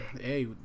Hey